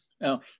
Now